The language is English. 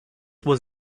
was